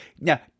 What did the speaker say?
Now